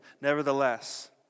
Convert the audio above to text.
Nevertheless